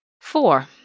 Four